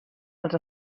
els